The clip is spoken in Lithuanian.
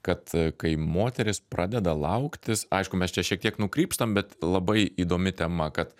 kad kai moteris pradeda lauktis aišku mes čia šiek tiek nukrypstam bet labai įdomi tema kad